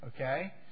Okay